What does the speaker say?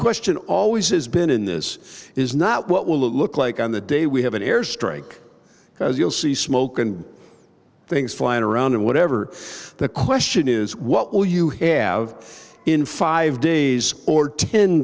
question always has been in this is not what will it look like on the day we have an airstrike as you'll see smoke and things flying around and whatever the question is what will you have in five days or ten